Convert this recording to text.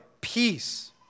peace